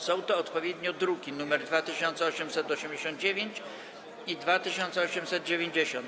Są to odpowiednio druki nr 2889 i 2890.